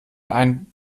ein